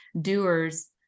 doers